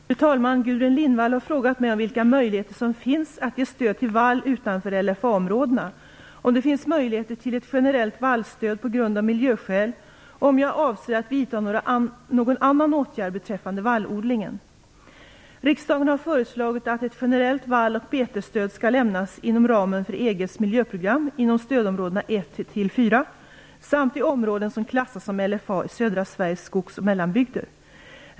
Fru talman! Gudrun Lindvall har frågat mig om vilka möjligheter som finns att ge stöd till vall utanför LFA-områdena, om det finns möjligheter till ett generellt vallstöd av miljöskäl och om jag avser att vidta någon annan åtgärd beträffande vallodlingen. Riksdagen har föreslagit att ett generellt vall och betesstöd skall lämnas inom ramen för EG:s miljöprogram inom stödområdena 1-4 samt i områden som klassas som LFA i södra Sveriges skogs och mellanbygder.